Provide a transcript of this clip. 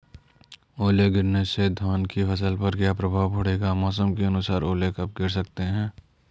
ओले गिरना से धान की फसल पर क्या प्रभाव पड़ेगा मौसम के अनुसार ओले कब गिर सकते हैं?